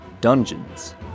Dungeons &